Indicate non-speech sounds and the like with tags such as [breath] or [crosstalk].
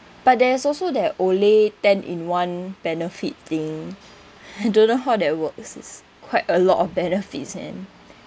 but there's also that Olay ten in one benefit thing [breath] don't know how they work is quite a lot of benefits in